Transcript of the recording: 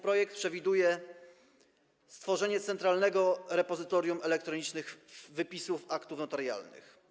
Projekt przewiduje stworzenie Centralnego Repozytorium Elektronicznych Wypisów Aktów Notarialnych.